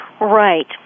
Right